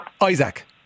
Isaac